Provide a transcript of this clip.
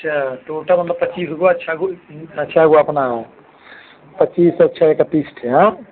अच्छा टोटल मतलब पच्चीस गो अ छे गो अ छे गो अपना है पच्चीस आ छे इकत्तीस ठे हाँ